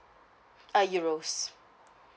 uh euros